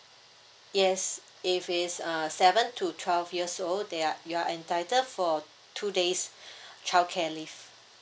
yes if it's uh seven to twelve years old they are you are entitled for two days childcare leave